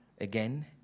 again